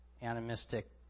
animistic